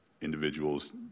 individuals